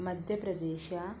Madhya Pradesh